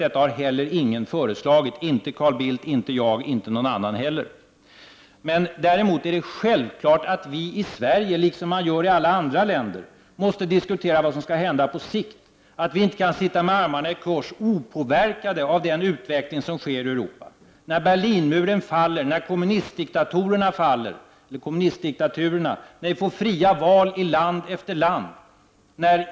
Detta har heller ingen föreslagit — inte Carl Bildt, inte jag, inte någon annan heller. Däremot är det självklart att vi i Sverige, liksom man gör i alla andra länder, måste diskutera vad som skall hända på sikt. Vi kan inte sitta med armarna i kors, opåverkade av den utveckling som sker i Europa. Berlinmuren faller, kommunistdiktaturerna faller, vi får fria val i land efter land.